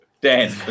Dan